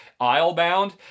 Islebound